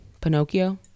Pinocchio